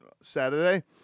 Saturday